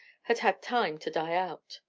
had had time to die out.